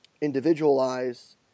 individualize